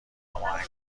هماهنگ